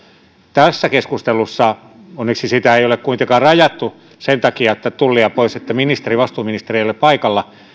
tässä keskustelussa onneksi tullia ei ole kuitenkaan rajattu sen takia pois että vastuuministeri ei ole paikalla